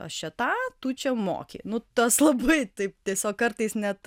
aš čia tą tu čia moki nu tas labai taip tiesiog kartais net